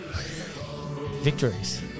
Victories